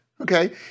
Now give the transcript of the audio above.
Okay